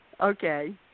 Okay